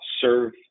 serve